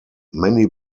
many